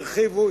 הרחיבו,